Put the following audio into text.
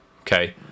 Okay